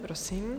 Prosím.